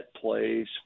plays